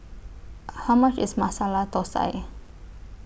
How much IS Masala Thosai